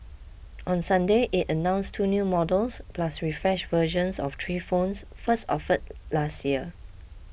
on Sunday it announced two new models plus refreshed versions of three phones first offered last year